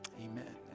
amen